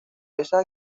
esas